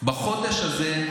בחודש הזה.